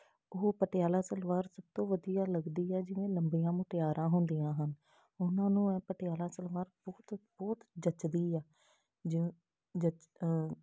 ਉਹ ਪਟਿਆਲਾ ਸਲਵਾਰ ਸਭ ਤੋਂ ਵਧੀਆ ਲੱਗਦੀ ਹੈ ਜਿਵੇਂ ਲੰਬੀਆਂ ਮੁਟਿਆਰਾਂ ਹੁੰਦੀਆਂ ਹਨ ਉਹਨਾਂ ਨੂੰ ਇਹ ਪਟਿਆਲਾ ਸਲਵਾਰ ਬਹੁਤ ਬਹੁਤ ਜੱਚਦੀ ਆ ਜ ਜਚ